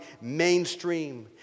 mainstream